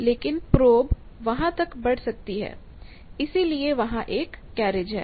लेकिन प्रोब वहां तक बढ़ सकती है इसीलिए वहां एक कैरिज है